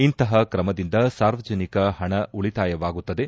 ಇಂತಹ ಕ್ರಮದಿಂದ ಸಾರ್ವಜನಿಕ ಹಣ ಉಳಿತಾಯವಾಗುತ್ತದೆ